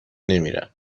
نمیرم